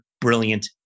brilliant